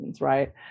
right